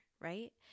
right